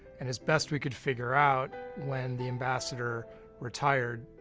and as best we could figure out, when the ambassador retired,